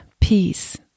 peace